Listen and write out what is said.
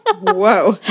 Whoa